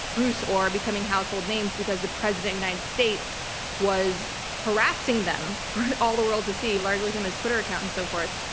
bruce orr becoming household names because the president united states was harassing them for all the world to see, largely from his twitter account and so forth.